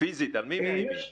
פיזית, על מי מאיימים?